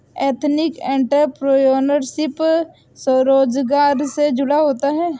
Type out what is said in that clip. ethnic entrepreneurship स्वरोजगार से जुड़ा होता है